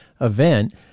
event